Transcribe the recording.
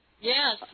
Yes